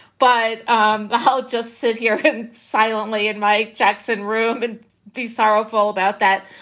but um but i'll just sit here and silently in my jackson room and be sorrowful about that.